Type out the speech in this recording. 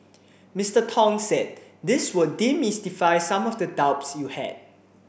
Mister Tong said this will demystify some of the doubts you had